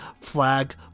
Flag